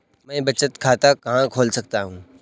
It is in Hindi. मैं बचत खाता कहाँ खोल सकता हूँ?